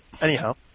Anyhow